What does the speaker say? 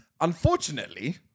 Unfortunately